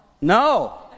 No